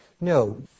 No